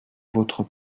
votre